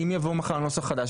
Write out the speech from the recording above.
אם יבוא מחר נוסח חדש,